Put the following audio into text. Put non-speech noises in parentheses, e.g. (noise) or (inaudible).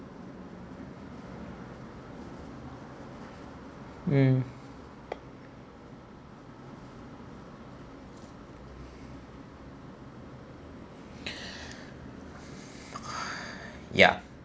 mm (breath) ya